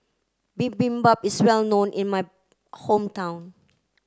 Bibimbap is well known in my hometown